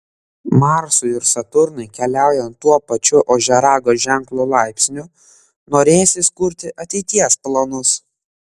marsui ir saturnui keliaujant tuo pačiu ožiaragio ženklo laipsniu norėsis kurti ateities planus